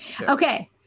Okay